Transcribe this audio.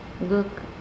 look